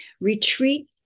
retreat